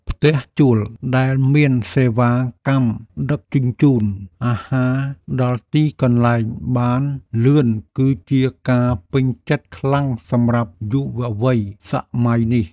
ផ្ទះជួលដែលមានសេវាកម្មដឹកជញ្ជូនអាហារដល់ទីកន្លែងបានលឿនគឺជាការពេញចិត្តខ្លាំងសម្រាប់យុវវ័យសម័យនេះ។